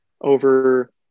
over –